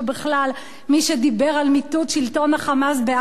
מי שדיבר על מיטוט שלטון ה"חמאס" בעזה ובלבנון,